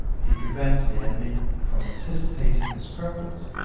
he prevents the enemy from anticipating his purpose.